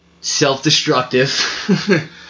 self-destructive